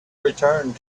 returned